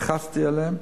לחצתי עליהם.